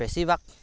বেছিভাগ